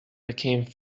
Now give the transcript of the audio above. became